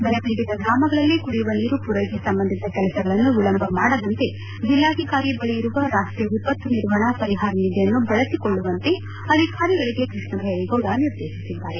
ಬರ ಪೀಡಿತ ಗ್ರಾಮಗಳಲ್ಲಿ ಕುಡಿಯುವ ನೀರು ಪೂರೈಕೆ ಸಂಬಂಧಿತ ಕೆಲಸಗಳನ್ನು ವಿಳಂಬ ಮಾಡದಂತೆ ಜಿಲ್ಲಾಧಿಕಾರಿ ಬಳಿ ಇರುವ ರಾಷ್ಟೀಯ ವಿಪತ್ತು ನಿರ್ವಹಣಾ ಪರಿಪಾರ ನಿಧಿಯನ್ನು ಬಳಸಿಕೊಳ್ಳುವಂತೆ ಅಧಿಕಾರಿಗಳಿಗೆ ಕೃಷ್ಣಬೈರೇಗೌಡ ನಿರ್ದೇಶಿಸಿದ್ದಾರೆ